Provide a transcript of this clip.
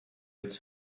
its